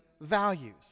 values